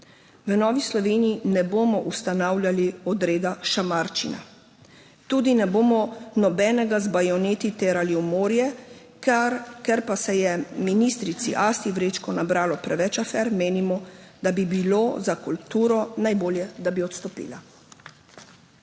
V Novi Sloveniji ne bomo ustanavljali odreda šamarčina, tudi ne bomo nobenega z bajoneti terjali v morje. Ker pa se je ministrici Asti Vrečko nabralo preveč afer, menimo, da bi bilo za kulturo najbolje, da bi odstopila.